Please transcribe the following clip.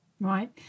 Right